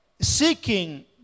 seeking